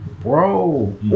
Bro